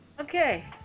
Okay